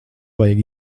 vajag